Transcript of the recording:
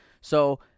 So-